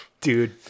dude